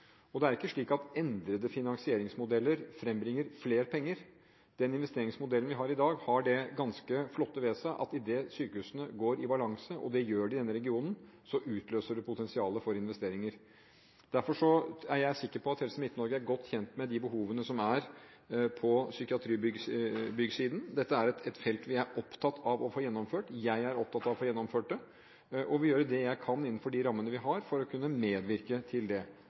Det er ikke slik at endrede finansieringsmodeller frembringer flere penger. Den investeringsmodellen vi har i dag, har det ganske flotte ved seg at idet sykehusene går i balanse – og det gjør de i denne regionen – så utløser det potensial for investeringer. Derfor er jeg sikker på at Helse Midt-Norge er godt kjent med de behovene som er på psykiatribygg-siden. Dette er et felt vi er opptatt av. Jeg er opptatt av å få gjennomført det og vil gjøre det jeg kan innenfor de rammene vi har, for å kunne medvirke til det.